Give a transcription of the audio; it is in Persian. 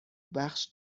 بخش